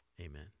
Amen